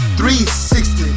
360